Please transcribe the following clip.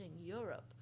Europe